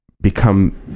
become